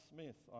Smith